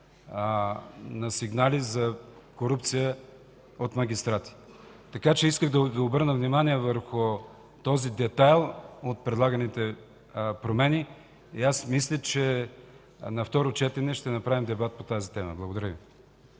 на сигнали за корупция от магистрати. Исках да обърна внимание на този детайл от предлаганите промени. Аз мисля, че на второ четене ще направим дебат по тази тема. Благодаря Ви.